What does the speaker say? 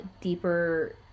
deeper